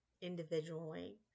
individually